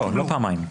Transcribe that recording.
לא פעמיים.